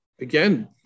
again